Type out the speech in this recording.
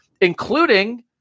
including –